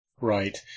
right